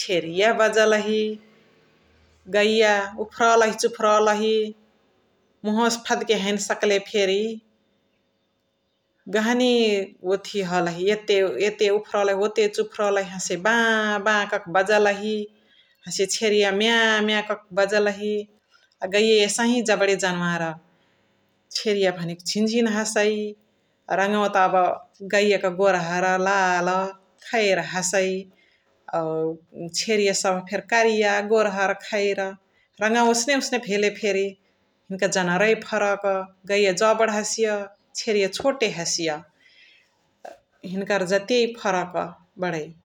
छेरिया बजलहि, गैया उफरलही चुफरलहि, मुहवसे फदके हैने सकले फेरी गहनी ओथी हलही एते उफरलही ओते चुफरलही हसे बा-बा कके बजलही हसे छेरिया म्या-म्या कके बजलही । अ गैया एसही जबडे जनावर, छेरिया भनेक झिन्-झिन हसै । रङवा त अब गैया क गोरहर्, लाल्, खैर हसै अब छेरिया सबह फेरी कारीया, गोरहर्, खैर । रङवा ओसने ओसने भेले फेरी हिनका जनावररै फरक, गैया जबड हसिय, छेरिया छोटे हसिय । हिन्कर जतियैइ फरक बडै ।